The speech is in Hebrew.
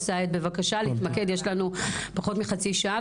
סאיד, בבקשה, להתמקד, יש לנו פחות מחצי שעה.